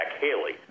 Haley